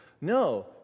No